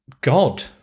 God